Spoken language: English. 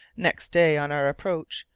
next day, on our approach,